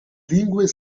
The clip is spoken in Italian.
lingue